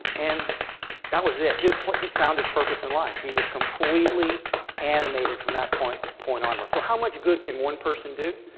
and that was it. he found his purpose in life. he was completely animated from that point point onward. so how much good can one person do?